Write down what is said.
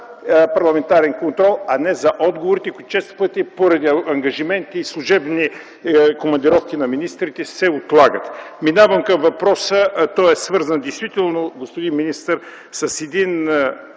парламентарен контрол, а не за отговорите, които често пъти поради ангажименти и служебни командировки на министрите се отлагат. Минавам към въпроса, а той е свързан, господин министър, с един